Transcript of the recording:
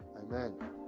amen